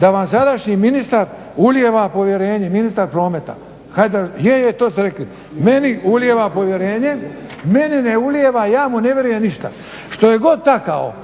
da vam sadašnji ministar ulijeva povjerenje, ministar prometa Hajdaš, je, je, to ste rekli, meni ulijeva povjerenje. Meni ne ulijeva, ja mu ne vjerujem ništa. Što je god takao,